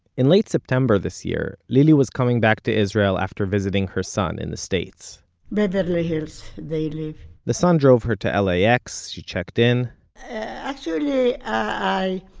in late september this year, lily was coming back to israel after visiting her son in the states beverly hills, they live the son drove her to lax, she checked in actually, i,